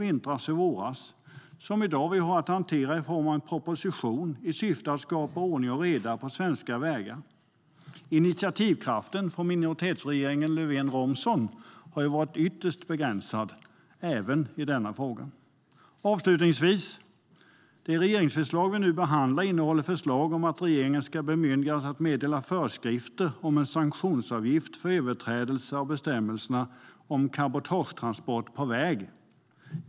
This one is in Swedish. Det är det som gör att vi i dag har att hantera en proposition i syfte att skapa ordning och reda på våra svenska vägar. Initiativkraften från minoritetsregeringen Löfven och Romson har varit ytterst begränsad, även i denna fråga. Herr talman! Avslutningsvis innehåller det regeringsförslag som vi nu behandlar förslag om att regeringen ska bemyndigas att meddela föreskrifter om en sanktionsavgift för överträdelse av bestämmelserna om cabotagetransport på väg.